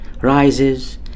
rises